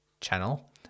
channel